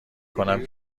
کنم